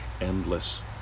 endless